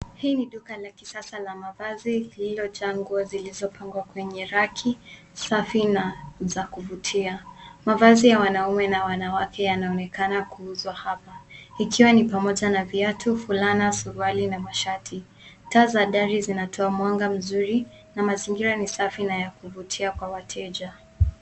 Hii ni duka la kisasa la mavazi lililojaa nguo zilizopangwa kwenye raki safi na za kuvutia. Mavazi ya wanaume na wanawake yanaonekana kuuzwa hapa ikiwa ni pamoja na viatu, fulana, suruali na mashati. Taa za dari zinatoa mwanga mzuri na mazingira ni safi na ya kuvutia kwa wateja.